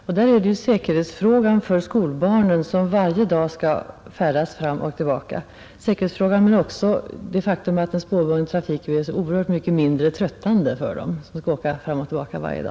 Där spelar främst säkerhetsfrågan in för de skolbarn, som måste färdas fram och tillbaka varje dag, men också det faktum att den spårbundna trafiken är så mycket mindre tröttande för barnen än landsvägsresor, när de måste resa fram och åter varje dag.